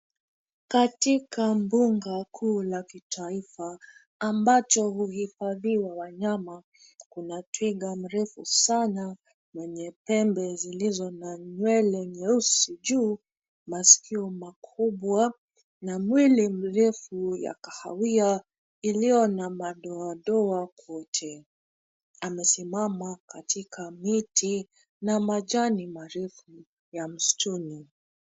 Katika mbuga kuu la kitaifa ambacho uhifadhiwa wanyama kuna twiga mrefu sana mwenye pembe zilizo na nywele nyeusi juu, masikio makubwa na mwili mrefu ya kahawia ulio na madoadoa kwote. Amesimama katika miti na majani marefu ya msituni.